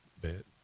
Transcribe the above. bit